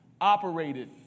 operated